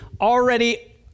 already